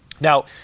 Now